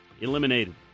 eliminated